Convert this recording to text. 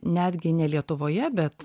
netgi ne lietuvoje bet